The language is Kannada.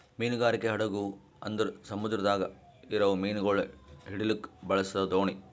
ಮೀನುಗಾರಿಕೆ ಹಡಗು ಅಂದುರ್ ಸಮುದ್ರದಾಗ್ ಇರವು ಮೀನುಗೊಳ್ ಹಿಡಿಲುಕ್ ಬಳಸ ದೋಣಿ